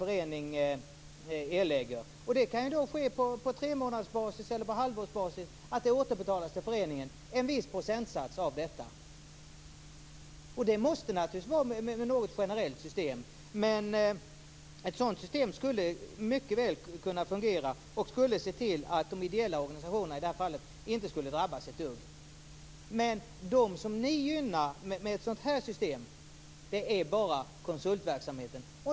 Återbetalningen till föreningen kan ske på tremånadersbasis eller halvårsbasis, och vara en viss procentsats av detta. Det måste naturligtvis bli något generellt system, men ett sådant system skulle mycket väl kunna fungera. Det skulle också se till att de ideella organisationerna i det här fallet inte skulle drabbas ett dugg. Men det som ni gynnar med ett sådant här system är bara konsultverksamheten.